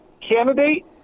candidate